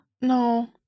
No